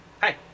Hi